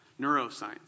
neuroscience